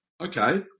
okay